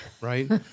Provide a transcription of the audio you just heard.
right